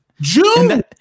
June